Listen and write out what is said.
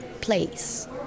place